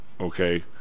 okay